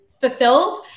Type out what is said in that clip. fulfilled